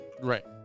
Right